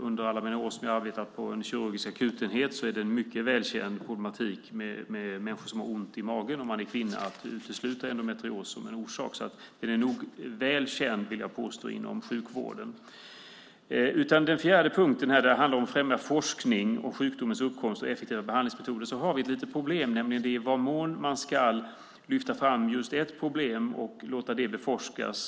Under alla de år som jag arbetat på en kirurgisk akutenhet är det en mycket välkänd problematik med människor som har ont i magen om man är kvinna att utesluta endometrios som en orsak. Jag vill påstå att den nog är väl känd inom sjukvården. Den fjärde punkten handlar om att främja forskning om sjukdomens uppkomst och effektivare behandlingsmetoder. Där har vi ett litet problem. Det gäller i vad mån man ska lyfta fram just ett problem och låta det beforskas.